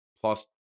plus